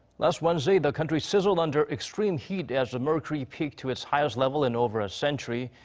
last wednesday, the country sizzled under extreme heat. as the mercury peaked to its highest level in over a century.